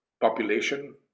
population